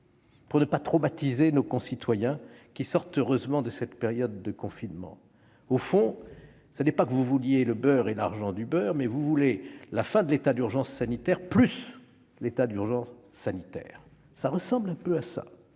pour ne pas traumatiser nos concitoyens, qui sortent, heureusement, de cette période de confinement. Ce n'est peut-être pas que vous vouliez le beurre et l'argent du beurre, mais vous voulez à la fois la fin de l'état d'urgence sanitaire et l'état d'urgence sanitaire. C'est du moins